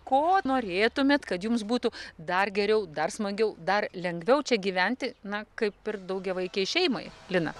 ko norėtumėt kad jums būtų dar geriau dar smagiau dar lengviau čia gyventi na kaip ir daugiavaikei šeimai lina